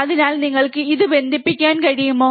അതിനാൽ നിങ്ങൾക്ക് ഇത്ബന്ധിപ്പിക്കാൻ കഴിയുമോ